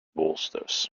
bolsters